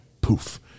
poof